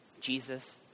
Jesus